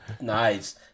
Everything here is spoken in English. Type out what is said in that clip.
Nice